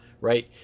right